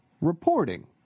reporting